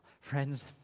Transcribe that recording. Friends